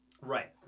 Right